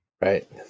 Right